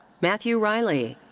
matthew reilly.